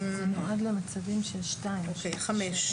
סעיף 5,